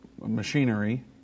machinery